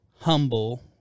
humble